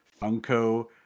Funko